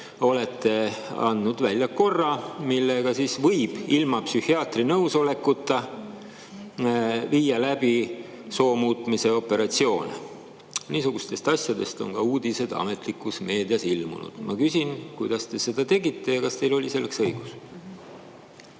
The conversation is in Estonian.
olete andnud välja korra, mille kohaselt võib ilma psühhiaatri nõusolekuta viia läbi soo muutmise operatsioone. Niisugustest asjadest on ka ametlikus meedias uudised ilmunud. Ma küsin, kuidas te seda tegite ja kas teil oli selleks õigus.